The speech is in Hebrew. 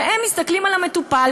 הם מסתכלים על המטופל,